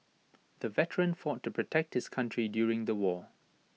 the veteran fought to protect his country during the war